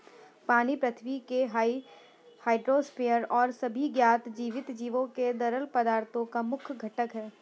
पानी पृथ्वी के हाइड्रोस्फीयर और सभी ज्ञात जीवित जीवों के तरल पदार्थों का मुख्य घटक है